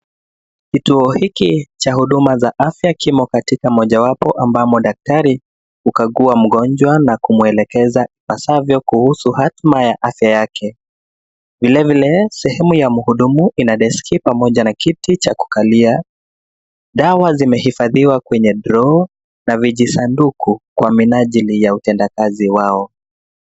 Kituo hiki cha huduma za afya kimo katika mojawapo ambamo daktari hukagua mgonjwa na kumuelekeza ipaswavyo kuhusu hatima ya afya yake. Vilevile sehemu ya mhudumu ina deski pamoja na kiti cha kukalia, dawa zimehifadhiwa kwenye droo, na vijisanduku kwa minajili ya utendakazi wao.